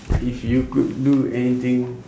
if you could do anything